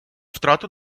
втрату